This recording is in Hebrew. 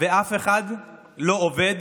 ואף אחד לא עובד